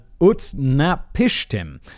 Utnapishtim